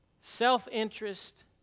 self-interest